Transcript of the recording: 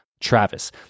Travis